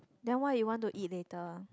then what you want to eat later